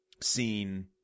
seen